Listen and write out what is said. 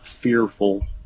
fearful